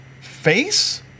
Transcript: face